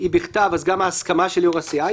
אבל בגלל האילוץ הזה מצאתם את הקונסטרוקציה המשפטית,